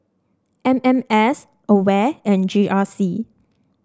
M M S Aware and G R C